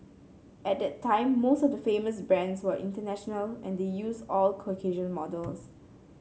at that time most of the famous brands were international and they used Caucasian models